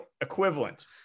equivalent